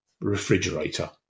refrigerator